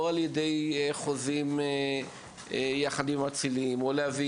אם זה על-ידי חוזים עם המצילים או להביא